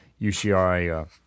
UCI